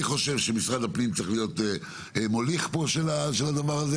אני חושב שמשרד הפנים צריך להיות המוביל של הדבר הזה,